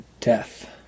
death